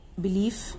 belief